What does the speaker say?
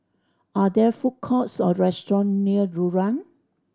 are there food courts or restaurants near Rulang